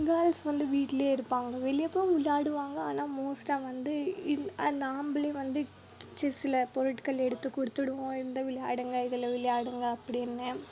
girls வந்து வீட்லேயே இருப்பாங்க வெளியே போய் விளையாடுவாங்க ஆனால் மோஸ்ட்டாக வந்து இது அது நாம்ளே வந்து செஸில் பொருட்கள் எடுத்து கொடுத்துடுவோம் இந்தா விளையாடுங்க இதில் விளையாடுங்க அப்படின்னு